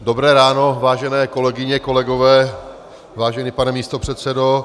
Dobré ráno, vážené kolegyně, kolegové, vážený pane místopředsedo.